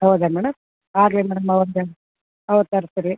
ಹೌದಾ ಮೇಡಮ್ ಆಗಲಿ ಮೇಡಮ್ ಅವತ್ತೆ ಅವಾಗ ತರ್ಸಿ ರೀ